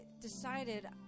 decided